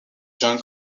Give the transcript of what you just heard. john